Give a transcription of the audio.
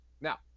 Now